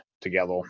together